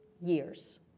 years